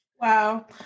Wow